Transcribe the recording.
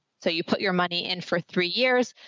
so you put your money in for three years,